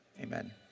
Amen